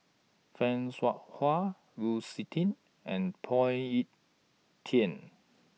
fan Shao Hua Lu Suitin and Phoon Yew Tien